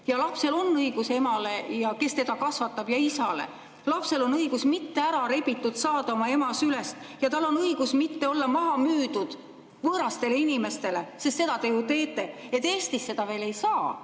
Lapsel on õigus emale, kes teda kasvatab, ja isale. Lapsel on õigus mitte saada ära rebitud oma ema sülest ja tal on õigus mitte olla maha müüdud võõrastele inimestele. Aga seda te ju teete. Et Eestis seda veel ei saa,